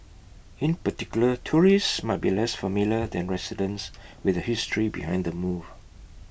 in particular tourists might be less familiar than residents with the history behind the move